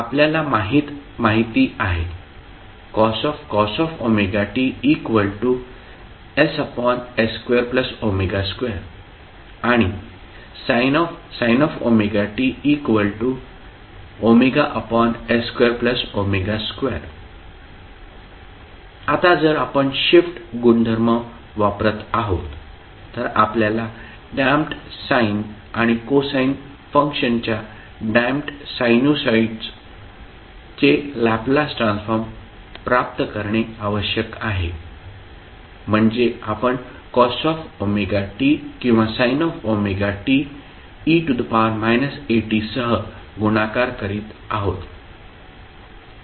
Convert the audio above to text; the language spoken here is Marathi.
आपल्याला माहिती आहे cos wt ⇔ss2w2 आणि sin wt ⇔ws2w2 आता जर आपण शिफ्ट गुणधर्म वापरत आहोत तर आपल्याला डॅम्प्ड साइन आणि कोसाइन फंक्शनच्या डॅम्प्ड सायनोसॉइडस् चे लॅपलास ट्रान्सफॉर्म प्राप्त करणे आवश्यक आहे म्हणजे आपण cos wt किंवा sin wt e at सह गुणाकार करीत आहोत